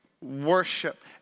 worship